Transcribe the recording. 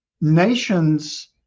nations